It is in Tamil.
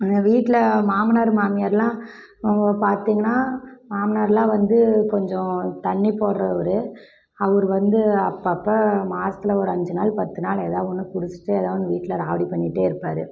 எங்கள் வீட்டில் மாமனார் மாமியாரெலாம் பார்த்திங்கன்னா மாமனாரெலாம் வந்து கொஞ்சம் தண்ணி போடுறவரு அவர் வந்து அப்பப்போ மாதத்துல ஒரு அஞ்சு நாள் பத்து நாள் ஏதா ஒன்று குடுச்சுவிட்டு ஏதா ஒன்று வீட்டில் ராவடி பண்ணிட்டே இருப்பார்